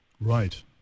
Right